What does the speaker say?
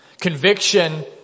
Conviction